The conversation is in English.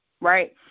Right